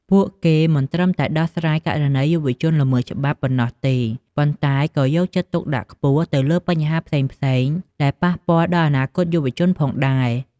ពួកគេមិនត្រឹមតែ ដោះស្រាយករណីយុវជនល្មើសច្បាប់ ប៉ុណ្ណោះទេ ប៉ុន្តែក៏យកចិត្តទុកដាក់ខ្ពស់ទៅលើបញ្ហាផ្សេងៗដែលប៉ះពាល់ដល់អនាគតយុវជនផងដែរ។